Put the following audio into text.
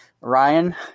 Ryan